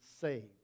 saved